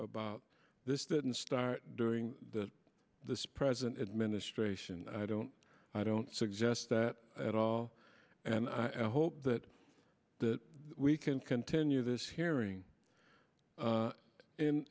about this didn't start doing that this present administration i don't i don't suggest that at all and i hope that that we can continue this hearing